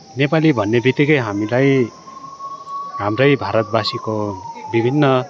नेपाली भन्ने बित्तिकै हामीलाई हाम्रै भारतवासीको विभिन्न